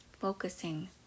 focusing